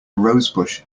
rosebush